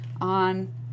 on